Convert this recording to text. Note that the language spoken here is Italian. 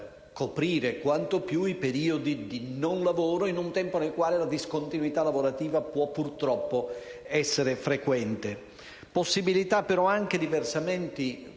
coprire quanto più i periodi di non lavoro in un tempo nel quale la discontinuità lavorativa può, purtroppo, essere frequente; possibilità di versamenti